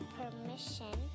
permission